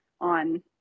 on